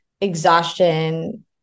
exhaustion